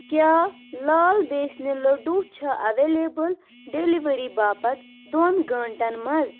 کیٛاہ لال بیسنہِ لٔڑوٗ چھا ایٚوَلیبٕل ڈیٚلِوری باپتھ دۄن گھٲنٛٹَن منٛز